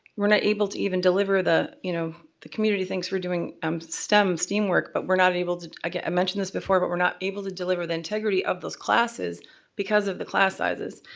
we're not able to even deliver the, you know, the community thinks we're doing um stem, steam work but we're not able to, again i mentioned this before, but we're not able to deliver the integrity of those classes because of the class sizes.